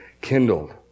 kindled